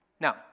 Now